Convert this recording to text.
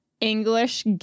English